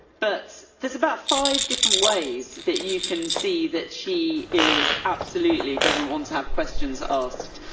but there's about five different ways that you can see that she is absolutely doesn't want to have questions ah asked.